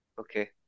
okay